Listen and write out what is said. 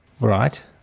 Right